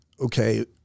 okay